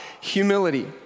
Humility